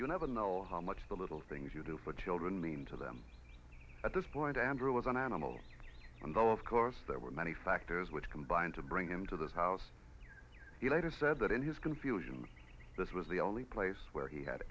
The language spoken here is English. you never know how much the little things you do for children mean to them at this point andrew was an animal though of course there were many factors which combined to bring him to this house later said that in his confusion this was the only place where he had